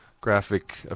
graphic